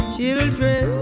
Children